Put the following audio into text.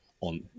on